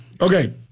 Okay